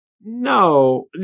No